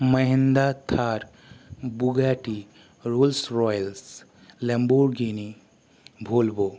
Mahindra Thar Bugatti Rolls Royce Lamborghini Volvo